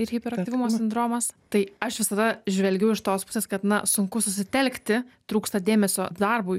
ir hiperaktyvumo sindromas tai aš visada žvelgiau iš tos pusės kad na sunku susitelkti trūksta dėmesio darbui